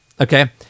okay